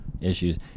issues